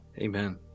Amen